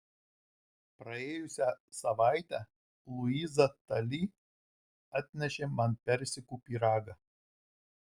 praėjusią savaitę luiza tali atnešė man persikų pyragą